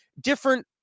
different